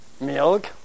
Milk